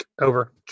Over